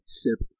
sip